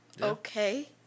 Okay